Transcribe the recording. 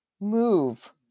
Move